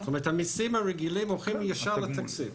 זאת אומרת המיסים הרגילים הולכים ישר לתקציב.